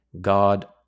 God